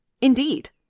Indeed